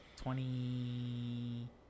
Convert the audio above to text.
twenty